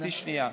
חצי שנייה.